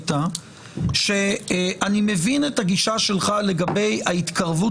הייתה שאני מבין את הגישה שלך לגבי ההתקרבות